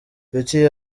betty